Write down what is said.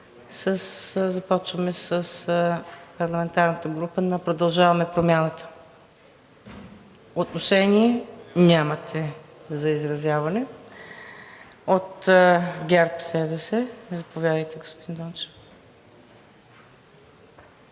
Започваме с парламентарната група на „Продължаваме Промяната“. Отношение? Нямате за изразяване. От ГЕРБ-СДС – заповядайте, господин Дончев.